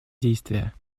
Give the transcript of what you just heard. действия